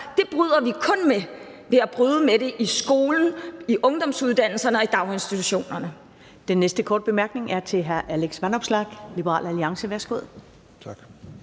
Det bryder vi kun med ved at bryde med det i skolen, i ungdomsuddannelserne og i daginstitutionerne.